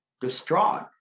distraught